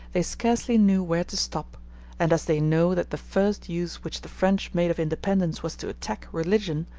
they scarcely knew where to stop and as they know that the first use which the french made of independence was to attack religion,